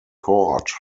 court